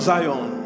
Zion